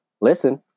listen